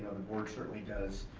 the board certainly does